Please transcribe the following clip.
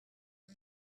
are